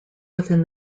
within